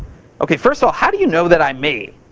ok, first of all, how do you know that i'm me?